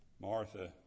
Martha